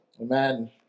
Amen